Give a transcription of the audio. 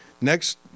Next